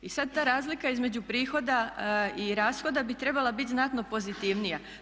I sada ta razlika između prihoda i rashoda bi trebala biti znatno pozitivnija.